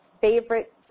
favorite